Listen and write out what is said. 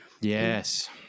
Yes